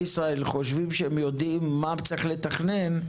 ישראל חושבים שהם יודעים מה צריך לתכנן,